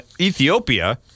Ethiopia